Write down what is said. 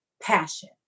passion